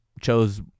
chose